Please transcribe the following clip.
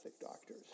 doctors